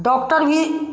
doctor भी